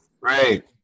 right